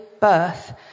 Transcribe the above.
birth